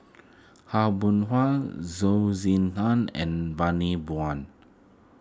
Aw Boon Haw Zhou Ying Nan and Bani Buang